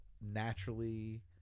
naturally